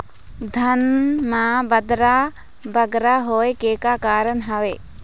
धान म बदरा बगरा होय के का कारण का हवए?